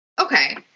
Okay